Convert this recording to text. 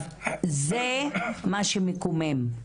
זה מה שמקומם.